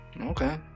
Okay